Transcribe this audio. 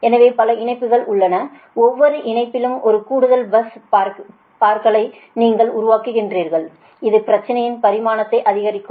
எனவே பல இணைப்புகள் உள்ளன ஒவ்வொரு இணைப்புயிலும் ஒரு கூடுதல் பஸ் பார்களை நீங்கள் உருவாக்குவீர்கள் இது பிரச்சினையின் பரிமாணத்தை அதிகரிக்கும்